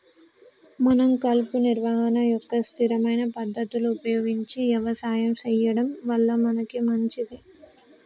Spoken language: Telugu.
మనం కలుపు నిర్వహణ యొక్క స్థిరమైన పద్ధతులు ఉపయోగించి యవసాయం సెయ్యడం వల్ల మనకే మంచింది